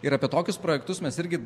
ir apie tokius projektus mes irgi